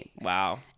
wow